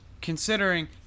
considering